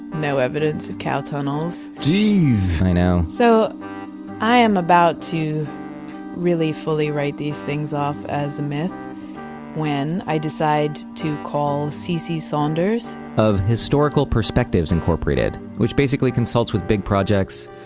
no evidence of cow tunnels. geez i know so i am about to really, fully write these things off as a myth when i decide to call cece saunders of historical perspectives incorporated, which basically consults with big projects,